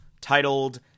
titled